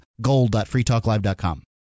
gold.freetalklive.com